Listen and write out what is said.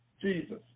Jesus